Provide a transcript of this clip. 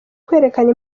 kwerekana